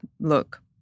look